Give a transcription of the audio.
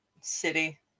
City